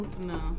No